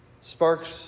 sparks